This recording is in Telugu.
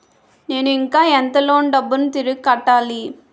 నేను ఇంకా ఎంత లోన్ డబ్బును తిరిగి కట్టాలి?